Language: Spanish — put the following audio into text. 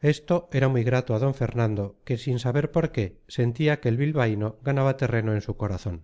esto era muy grato a d fernando que sin saber por qué sentía que el bilbaíno ganaba terreno en su corazón